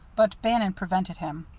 but bannon prevented him.